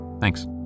Thanks